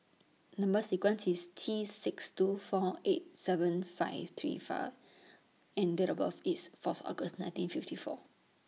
Number sequence IS T six two four eight seven five three fur and Date of birth IS Fourth August nineteen fifty four